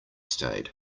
stayed